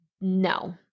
no